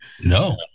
No